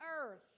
earth